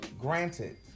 Granted